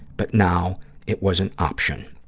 but now it was an option.